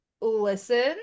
listen